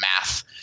math